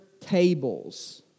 tables